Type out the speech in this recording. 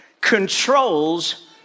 controls